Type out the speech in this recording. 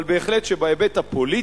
אבל בהחלט בהיבט הפוליטי,